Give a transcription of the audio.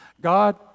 God